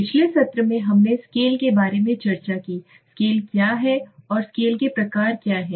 पिछले सत्र में हमने स्केल के बारे में चर्चा की स्केल क्या हैं और स्केल के प्रकार क्या हैं